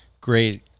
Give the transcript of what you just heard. Great